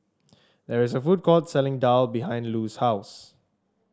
there is a food court selling daal behind Lou's house